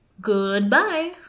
Goodbye